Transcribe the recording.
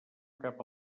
cap